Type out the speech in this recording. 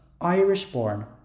irish-born